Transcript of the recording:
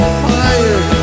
fire